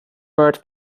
bird